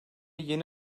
yeni